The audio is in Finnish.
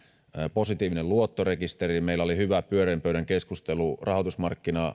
positiivinen luottorekisteri meillä oli hyvä pyöreän pöydän keskustelu rahoitusmarkkina